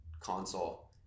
console